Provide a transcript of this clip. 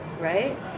right